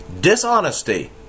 dishonesty